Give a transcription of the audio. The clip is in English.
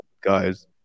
guys